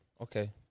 Okay